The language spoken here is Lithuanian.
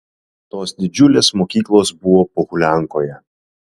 tos didžiulės mokyklos buvo pohuliankoje